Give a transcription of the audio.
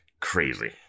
Crazy